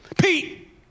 Pete